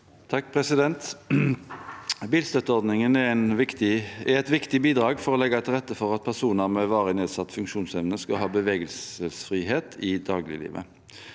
(Sp) Bilstøtteordnin- gen er et viktig bidrag for å legge til rette for at personer med varig nedsatt funksjonsevne skal ha bevegelsesfrihet i dagliglivet.